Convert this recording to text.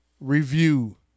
review